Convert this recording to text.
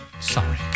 Sorry